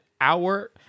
hour